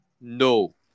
no